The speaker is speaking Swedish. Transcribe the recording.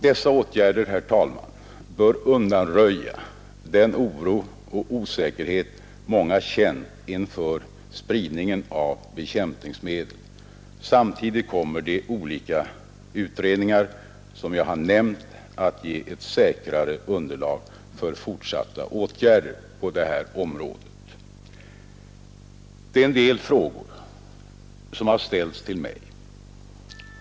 Dessa åtgärder, herr talman, bör undanröja den oro och osäkerhet många känt inför spridningen av bekämpningsmedel. Samtidigt kommer de olika utredningar som jag har nämnt att ge ett säkrare underlag för fortsatta åtgärder på det här området. Det har ställts en del frågor till mig.